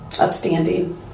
upstanding